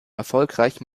erfolgreich